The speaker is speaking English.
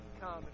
come